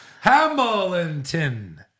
Hamilton